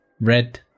Red